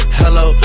hello